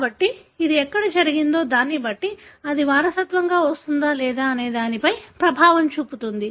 కాబట్టి ఇది ఎక్కడ జరిగిందో దాన్నిబట్టి అది వారసత్వంగా వస్తుందా లేదా అనే దానిపై ప్రభావం చూపుతుంది